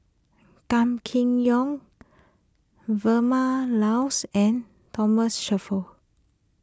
Gan Kim Yong Vilma Laus and Thomas Shelford